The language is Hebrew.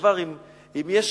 אם יש